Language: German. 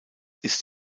ist